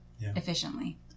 efficiently